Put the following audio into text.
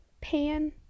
Pan